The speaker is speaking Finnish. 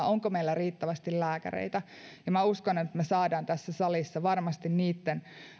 onko meillä riittävästi lääkäreitä ja uskon että me saamme tässä salissa varmasti niitten